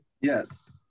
Yes